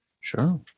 Sure